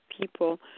people